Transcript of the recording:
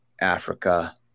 Africa